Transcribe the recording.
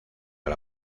del